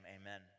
amen